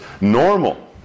normal